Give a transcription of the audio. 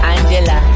Angela